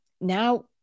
Now